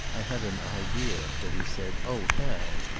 i had an idea that he said, oh hell,